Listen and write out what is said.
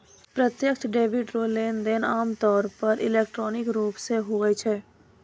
प्रत्यक्ष डेबिट रो लेनदेन आमतौर पर इलेक्ट्रॉनिक रूप से हुवै छै